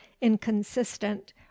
inconsistent